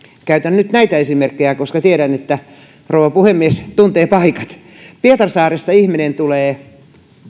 käytän nyt näitä esimerkkejä koska tiedän että rouva puhemies tuntee paikat ihminen tulee